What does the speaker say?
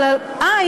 אה,